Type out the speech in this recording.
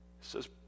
says